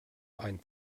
ein